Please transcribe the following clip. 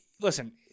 Listen